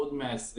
עוד 120 ימים.